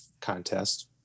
contest